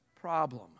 problem